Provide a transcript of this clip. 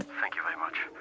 thank you very much.